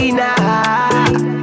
now